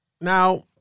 Now